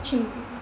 去